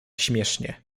śmiesznie